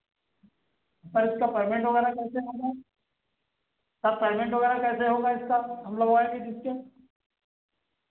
sir इसका payment वगैरह कैसे होगा सर पेमेंट वगैरह कैसे होगा इसका हम जो लगाएंगे जिसके